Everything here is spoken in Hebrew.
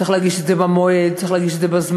צריך להגיש את זה במועד, צריך להגיש את זה בזמן.